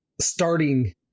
starting